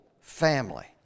family